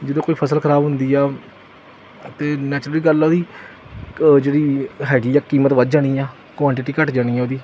ਜਦੋਂ ਕੋਈ ਫਸਲ ਖਰਾਬ ਹੁੰਦੀ ਆ ਤੇ ਨੈਚੁਰਲੀ ਗੱਲ ਆ ਜੀ ਜਿਹੜੀ ਹੈਗੀ ਆ ਕੀਮਤ ਵੱਧ ਜਾਣੀ ਆ ਕੁਆਲਿਟੀ ਘੱਟ ਜਾਣੀ ਆ ਉਹਦੀ